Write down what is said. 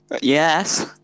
Yes